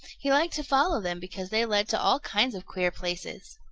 he liked to follow them because they led to all kinds of queer places.